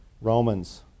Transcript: romans